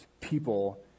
people